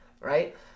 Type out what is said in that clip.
right